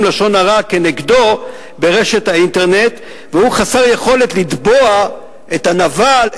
לשון הרע כנגדו ברשת האינטרנט והוא חסר יכולת לתבוע את הנבל,